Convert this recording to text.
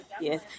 Yes